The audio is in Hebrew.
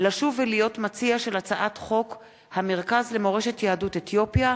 לשוב ולהיות מציע של הצעת חוק המרכז למורשת יהדות אתיופיה,